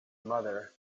mother